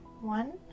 one